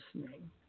listening